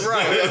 Right